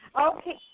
Okay